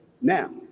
Now